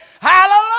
Hallelujah